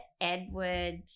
Edward –